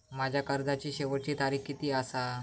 माझ्या कर्जाची शेवटची तारीख किती आसा?